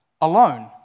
alone